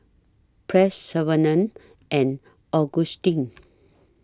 Press Savannah and Augustine